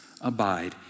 abide